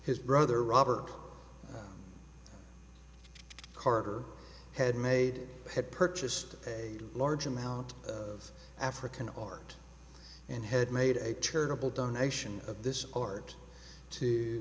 his brother robert carter had made had purchased a large amount of african art and had made a charitable donation of this art to